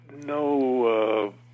no